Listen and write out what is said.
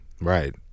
right